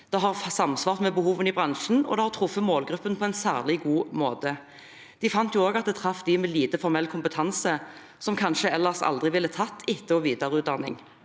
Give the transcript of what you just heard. det har samsvart med behovene i bransjen, og det har truffet målgruppen på en særlig god måte. De fant også at det traff dem med lite formell kompetanse, som kanskje aldri ellers ville tatt etter- og videreutdanning.